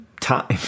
time